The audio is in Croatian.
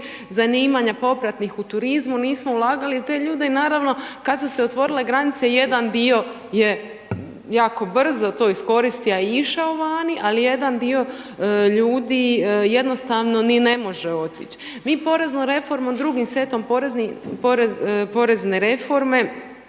zanimanja popratnih u turizmu, nismo ulagali u te ljude i naravno kad su se otvorile granice, jedan dio je jako brzo to iskoristio a išao vani ali jedan dio ljudi jednostavno ni ne može otić. Mi poreznom reformom, drugim setom porezne reforme